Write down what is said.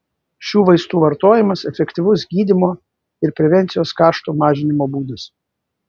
šių vaistų vartojimas efektyvus gydymo ir prevencijos kaštų mažinimo būdas